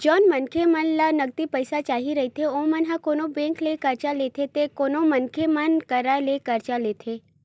जउन मनखे मन ल नगदी पइसा चाही रहिथे ओमन ह कोनो बेंक ले करजा लेथे ते कोनो मनखे मन करा ले करजा लेथे